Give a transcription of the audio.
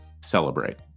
celebrate